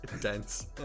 dense